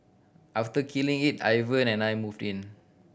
after killing it Ivan and I moved in